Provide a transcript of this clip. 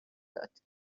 داد